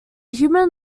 human